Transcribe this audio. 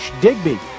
Digby